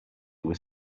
was